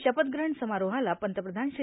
शपथ ग्रहण समारोहाला पंतप्रधान श्री